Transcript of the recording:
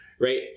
Right